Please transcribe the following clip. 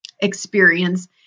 experience